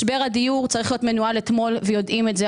משבר הדיור צריך היה להיות מנוהל אתמול ויודעים את זה.